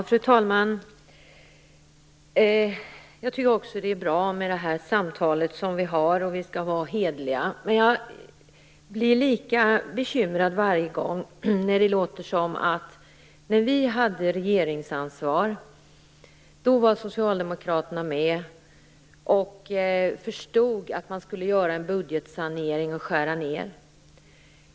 Fru talman! Det är bra att vi för det här samtalet och att vi skall vara hederliga. Men jag blir ändå bekymrad varje gång jag hör socialdemokrater tala om att de under den tid de borgerliga partierna hade regeringsansvaret var med på att det var nödvändigt med en budgetsanering och olika nedskärningar.